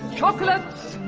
chocolates!